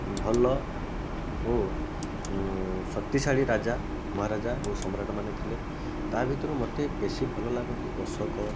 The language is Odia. ଭଲ ଓ ଶକ୍ତିଶାଳୀ ରାଜା ମହାରାଜା ଓ ସମ୍ରାଟମାନେ ଥିଲେ ତା' ଭିତରୁ ମୋତେ ବେଶୀ ଭଲ ଲାଗନ୍ତି ଅଶୋକ